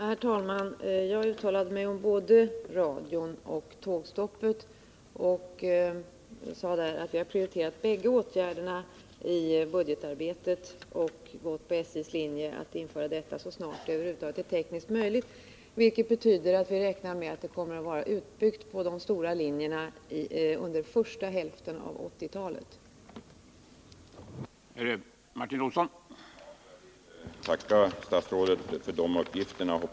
Herr talman! Jag uttalade mig om både radion och tågstoppet och sade att vi har prioriterat bägge åtgärderna i budgetarbetet och gått på SJ:s linje att dessa skall vidtas så snart det är tekniskt möjligt. Det betyder att vi räknar med att - Nr 156 systemet kommer att vara utbyggt på de stora linjerna under första hälften av Lördagen den